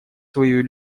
свою